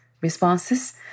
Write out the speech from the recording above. responses